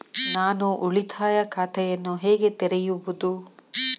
ನಾನು ಉಳಿತಾಯ ಖಾತೆಯನ್ನು ಹೇಗೆ ತೆರೆಯುವುದು?